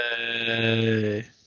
Yay